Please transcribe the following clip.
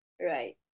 Right